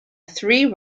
three